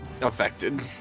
affected